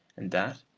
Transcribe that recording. and that,